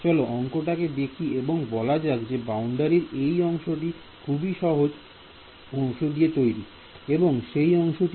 চলো অংকটাকে দেখি এবং বলা যাক যে বাউন্ডারির এই অংশটা একটি সবুজ অংশ দিয়ে তৈরি